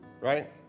right